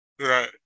Right